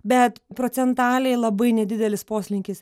bet procentaliai labai nedidelis poslinkis